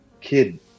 kid